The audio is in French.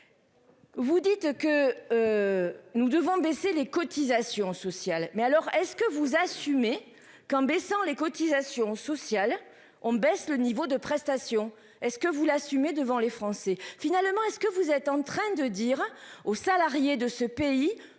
Vous dites que. Nous devons baisser les cotisations sociales. Mais alors est-ce que vous assumez qu'en baissant les cotisations sociales, on baisse le niveau de prestations. Est-ce que vous l'assumer devant les Français, finalement est-ce que vous êtes en train de dire aux salariés de ce pays,